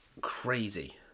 crazy